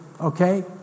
okay